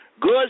Good